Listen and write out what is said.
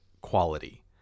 quality